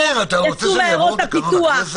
יאיר, אתה רוצה שאני אעבור על תקנון הכנסת?